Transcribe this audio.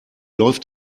läuft